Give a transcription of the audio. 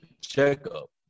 checkup